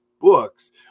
books